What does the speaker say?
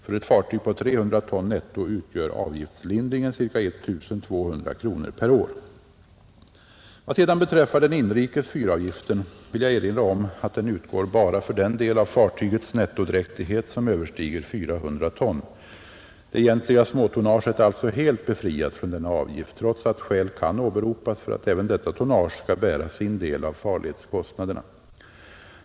För ett fartyg på 300 ton netto utgör avgiftslindringen ca 1 200 kronor per år. Vad sedan beträffar den inrikes fyravgiften vill jag erinra om att den utgår bara för den del av fartygens nettodräktighet som överstiger 400 ton. Det egentliga småtonnaget är alltså helt befriat från denna avgift trots att skäl kan åberopas för att även detta tonnage skall bära sin del av farledskostnaderna.